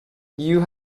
you